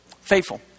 Faithful